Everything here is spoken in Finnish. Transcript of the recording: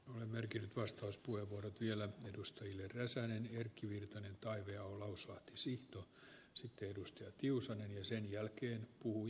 olemmekin vastauspuheenvuorot vielä edustajille räsänen ja erkki virtanen toivio uskoa siihen tuo sitten edustaja tiusanen ja sen arvoisa puhemies